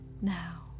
now